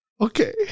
Okay